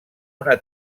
una